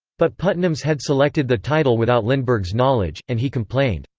but putnam's had selected the title without lindbergh's knowledge, and he complained,